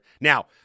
Now